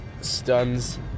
stuns